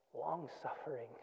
long-suffering